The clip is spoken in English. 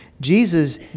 jesus